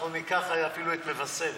ניקח אפילו את מבשרת,